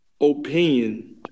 opinion